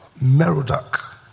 Merodach